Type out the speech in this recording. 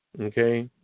Okay